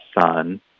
son